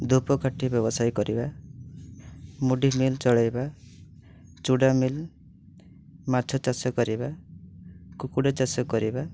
ଧୂପକାଠି ବ୍ୟବସାୟୀ କରିବା ମୁଢ଼ି ମିଲ୍ ଚଳାଇବା ଚୁଡ଼ା ମିଲ୍ ମାଛ ଚାଷ କରିବା କୁକୁଡ଼ା ଚାଷ କରିବା